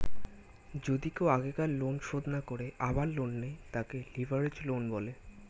যদি কেও আগেকার লোন শোধ না করে আবার লোন নেয়, তাকে লেভেরাগেজ লোন বলে